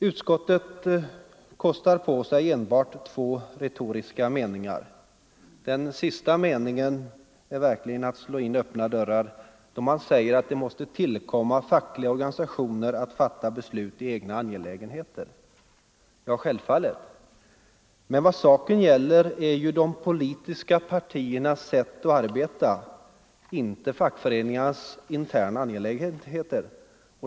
Utskottet kostar på sig enbart två retoriska meningar. Den sista meningen innebär verkligen att slå in öppna dörrar, då man säger att det måste tillkomma fackliga organisationer att fatta beslut i-egna angelägenheter. Ja, självfallet. Men vad saken gäller är ju de politiska partiernas sätt att arbeta, inte fackföreningarnas interna angelägenheter.